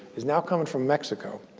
is now coming from mexico.